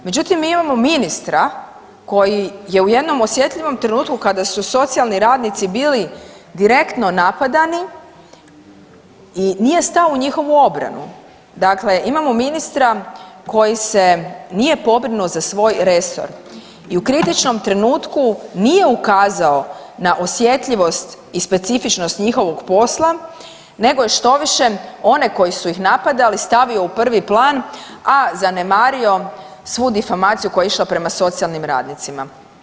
Međutim, mi imamo ministra koji je u jednom osjetljivom trenutku kada su socijalni radnici bili direktno napadani i nije stao u njihovu obranu, dakle imamo ministra koji se nije pobrinuo za svoj resor i u kritičnom trenutku nije ukazao na osjetljivost i specifičnost njihovog posla nego je štoviše one koji su ih napadali u prvi plan, a zanemario svu difamaciju koja je išla prema socijalnim radnicima.